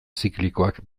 ziklikoak